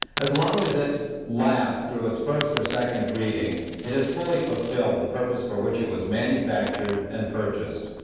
as long as it lasts through its first or second reading it has fully fulfilled the purpose for which it was manufactured and purchased.